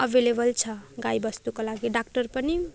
available छ गाई बस्तुको लागि डाक्टर पनि